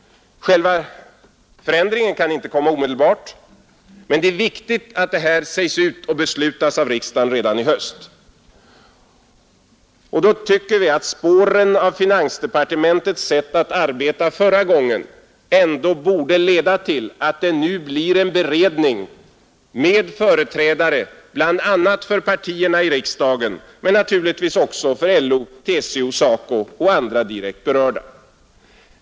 Själva förändringen kan inte komma omedelbart, men det är viktigt att det här sägs ut och beslutas av riksdagen redan i höst. Vi tycker att spåren av finansdepartementets sätt att arbeta förra gången ändå borde leda till att det nu blir en beredning med företrädare bl.a. för partierna i riksdagen men naturligtvis också för LO, TCO, SACO och andra direkt berörda.